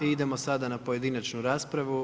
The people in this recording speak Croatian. Idemo sada na pojedinačnu raspravu.